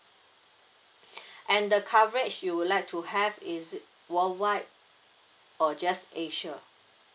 and the coverage you would like to have is it worldwide or just asia